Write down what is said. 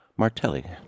Martelli